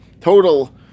total